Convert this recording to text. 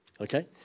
okay